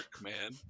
man